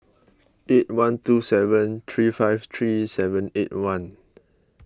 eight one two seven three five three seven eight one